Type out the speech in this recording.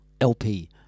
LP